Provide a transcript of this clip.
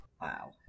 Wow